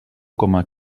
coma